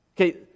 Okay